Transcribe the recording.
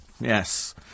Yes